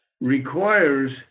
requires